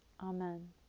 amen